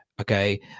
okay